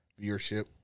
viewership